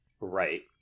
Right